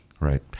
Right